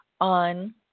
on